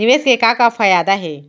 निवेश के का का फयादा हे?